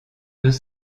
deux